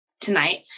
tonight